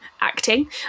acting